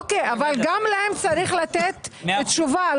אוקיי, אבל גם להם צריך לתת תשובה.